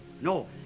No